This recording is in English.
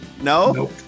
No